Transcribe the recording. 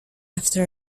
after